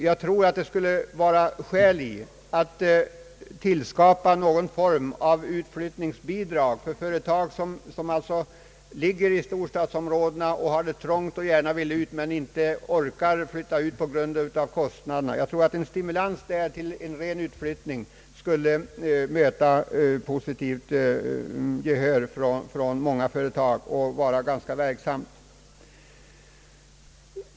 Jag tror att det skulle vara skäl i att tillskapa någon form av utflyttningsbidrag för företag belägna i storstadsområdena, vilka har det trångt och gärna vill flytta ut men inte orkar göra det på grund av kostnaderna. En ren stimulans till utflyttning skulle säkerligen möta positivt gehör från många företag och få god verkan.